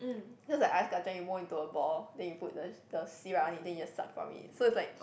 just like ice-kachang you mold into a ball then you put the the syrup on it so is like